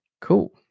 Cool